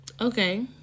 Okay